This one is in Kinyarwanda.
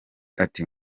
ati